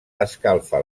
escalfa